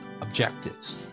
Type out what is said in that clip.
objectives